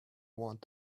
want